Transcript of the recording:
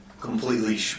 completely